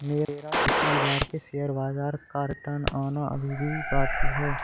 मेरा पिछली बार के शेयर बाजार का रिटर्न आना अभी भी बाकी है